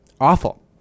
awful